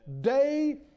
day